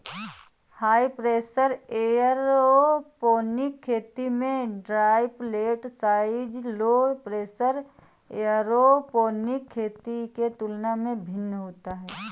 high pressure aeroponic खेती में droplet size low pressure aeroponic खेती के तुलना में भिन्न होता है